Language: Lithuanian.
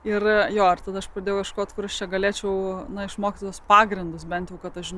ir jo ar tada aš pradėjau ieškot kur aš čia galėčiau išmokti tuos pagrindus bent jau kad aš